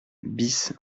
bis